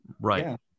Right